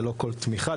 ללא כל תמיכה,